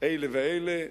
אלה ואלה יחד,